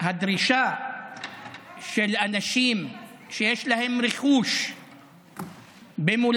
הדרישה של אנשים שיש להם רכוש במולדתם